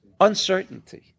Uncertainty